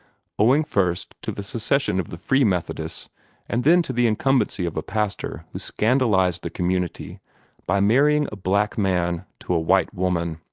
owing first to the secession of the free methodists and then to the incumbency of a pastor who scandalized the community by marrying a black man to a white woman.